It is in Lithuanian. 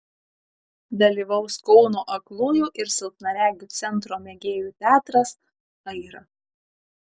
dalyvaus kauno aklųjų ir silpnaregių centro mėgėjų teatras aira